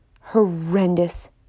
horrendous